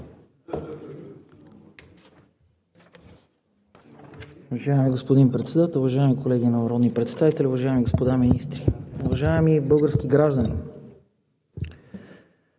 Уважаеми господин Председател, уважаеми колеги народни представители, уважаеми господа министри! Уважаеми български граждани,